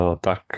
tak